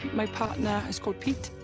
my partner is called pete.